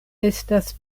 estas